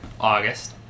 August